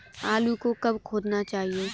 आलू को कब खोदना चाहिए?